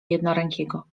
jednorękiego